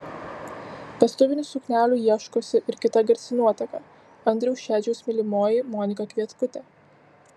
vestuvinių suknelių ieškosi ir kita garsi nuotaka andriaus šedžiaus mylimoji monika kvietkutė